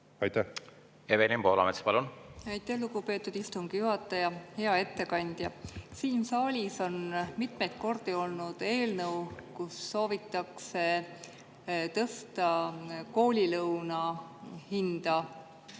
palun! Evelin Poolamets, palun! Aitäh, lugupeetud istungi juhataja! Hea ettekandja! Siin saalis on mitmeid kordi olnud eelnõu, millega soovitakse tõsta koolilõuna